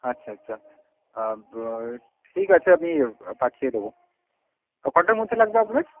আচ্ছা আচ্ছা ব ঠিক আছে আমি পাঠিয়ে দেবো ও কটার মধ্যে লাগবে আপনার